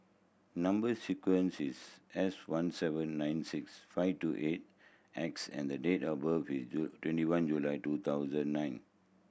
number sequence is S one seven nine six five two eight X and the date of birth is twenty one July two thousand nine